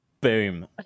boom